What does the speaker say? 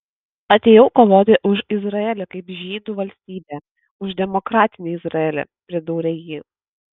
atėjau kovoti už izraelį kaip žydų valstybę už demokratinį izraelį pridūrė ji